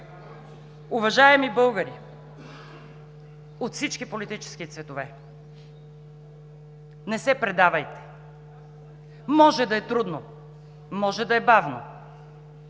Уважаеми българи от всички политически цветове, не се предавайте – може да е трудно, може да е бавно,